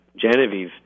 Genevieve